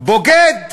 בוגד,